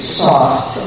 soft